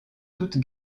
toute